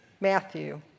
Matthew